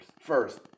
first